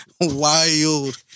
Wild